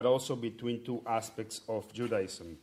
אבל גם בין שני אספקטים של יהודיה.